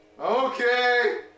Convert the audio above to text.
Okay